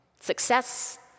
success